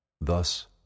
Thus